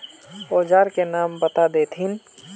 औजार के नाम बता देथिन?